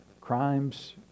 Crimes